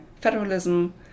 federalism